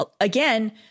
again